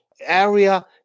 area